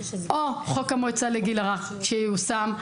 או חוק המועצה לגיל הרך שייושם,